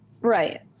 Right